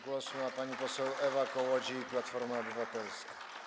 Głos ma pani poseł Ewa Kołodziej, Platforma Obywatelska.